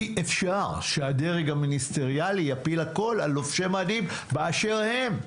אי-אפשר שהדרג המיניסטריאלי יפיל הכול על לובשי מדים באשר הם,